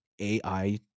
AI